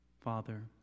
Father